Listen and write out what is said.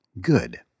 good